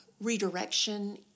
redirection